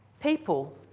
people